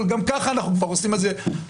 אבל גם ככה אנחנו כבר עושים את זה.